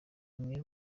imwe